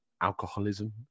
alcoholism